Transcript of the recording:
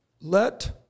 Let